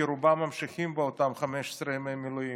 כי רובם ממשיכים באותם 15 ימי מילואים,